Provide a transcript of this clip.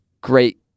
great